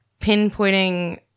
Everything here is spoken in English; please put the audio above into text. pinpointing